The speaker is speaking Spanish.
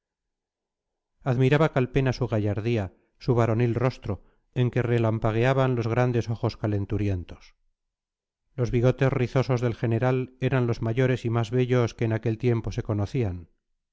admiraba calpena su gallardía su varonil rostro en que relampagueaban los grandes ojos calenturientos los bigotes rizosos del general eran los mayores y más bellos que en aquel tiempo se conocían